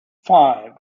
five